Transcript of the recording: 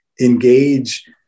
engage